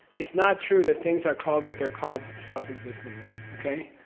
it's not true that things are called what they're called self-existently, okay?